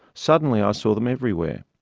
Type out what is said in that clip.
suddenly i saw them everywhere!